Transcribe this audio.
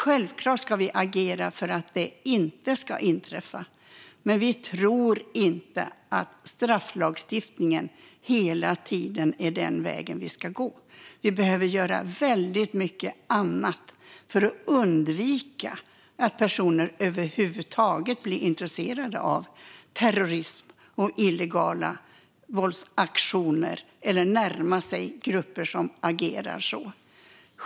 Självklart ska vi agera för att det inte ska inträffa. Men vi tror inte att strafflagstiftningen hela tiden är vägen att gå. Det behöver göras mycket annat för att undvika att personer över huvud taget blir intresserade av terrorism och illegala våldsaktioner eller att närma sig grupper som agerar på det sättet.